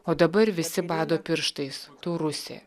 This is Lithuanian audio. o dabar visi bado pirštais tu rusė